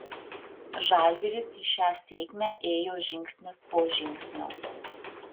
žalgiris į šią sėkmę ėjo žingsnis po žingsnio